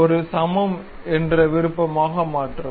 ஒரு சமம் என்ற விருப்பமாக மாற்றவும்